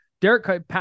Derek